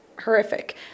horrific